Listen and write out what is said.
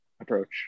approach